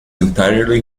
entirely